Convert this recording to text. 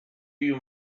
you